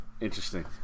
Interesting